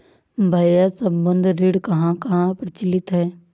भैया संबंद्ध ऋण कहां कहां प्रचलित है?